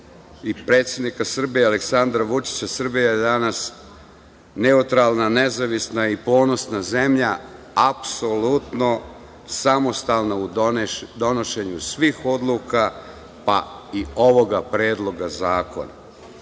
i predsednika Srbije Aleksandra Vučića, Srbija je danas neutralna, nezavisna i ponosna zemlja, apsolutno samostalna u donošenju svih odluka, pa i ovog Predloga zakona. Ovaj